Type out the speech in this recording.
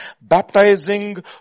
baptizing